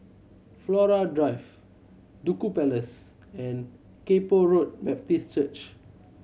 Flora Drive Duku Place and Kay Poh Road Baptist Church